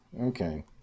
Okay